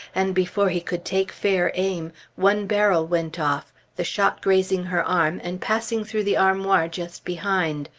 and before he could take fair aim, one barrel went off, the shot grazing her arm and passing through the armoir just behind.